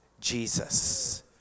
Jesus